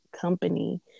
company